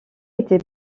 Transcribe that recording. était